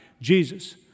Jesus